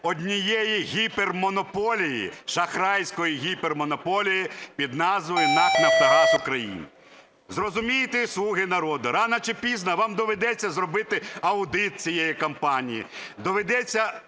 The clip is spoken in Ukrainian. однієї гіпермонополії, шахрайської гіпермонополії під назвою НАК "Нафтогаз України". Зрозумійте, "слуги народу", рано чи пізно, вам доведеться зробити аудит цієї компанії,